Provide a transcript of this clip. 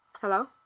Hello